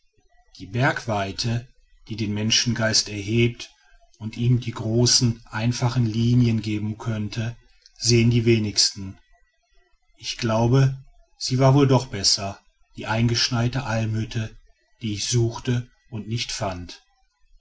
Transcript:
die bergweite die den menschengeist erhebt und ihm die großen einfachen linien geben könnte sehen die wenigsten ich glaube sie war doch wohl besser die eingeschneite almhütte die ich suchte und nicht fand